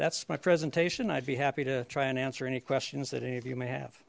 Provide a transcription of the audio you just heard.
that's my presentation i'd be happy to try and answer any questions that any of you may